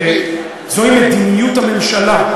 זוהי מדיניות הממשלה,